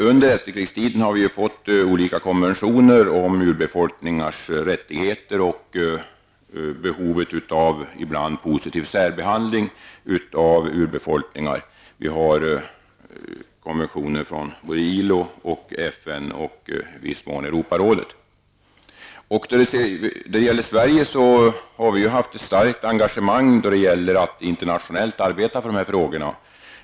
Under efterkrigstiden har vi fått olika konventioner om urbefolkningars rättigheter och det behov som ibland finns av positiv särbehandling av urbefolkningar. Vi har konventioner från ILO, FN och i viss mån Europarådet. I Sverige har det funnits ett starkt engagemang när det gäller att internationellt arbeta för dessa frågor.